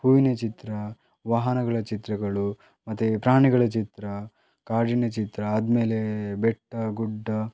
ಹೂವಿನ ಚಿತ್ರ ವಾಹನಗಳ ಚಿತ್ರಗಳು ಮತ್ತೆ ಪ್ರಾಣಿಗಳ ಚಿತ್ರ ಕಾಡಿನ ಚಿತ್ರ ಆದ ಮೇಲೆ ಬೆಟ್ಟ ಗುಡ್ಡ